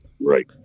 right